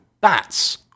bats